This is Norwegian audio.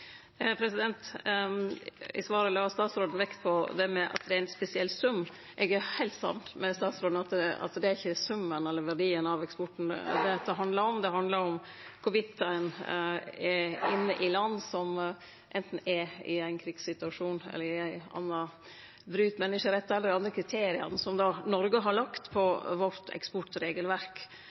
med at det er ein spesiell sum. Eg er heilt samd med statsråden i at det ikkje er summen eller verdien av eksporten dette handlar om. Det handlar om ein handlar i land som anten er i ein krigssituasjon eller bryt menneskjerettane eller andre kriterium som Noreg har lagt for eksportregelverket vårt.